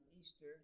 Easter